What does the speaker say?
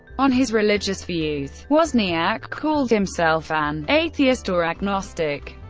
on his religious views, wozniak called himself an atheist or agnostic.